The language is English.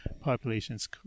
populations